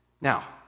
Now